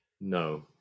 no